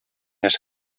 els